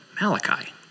Malachi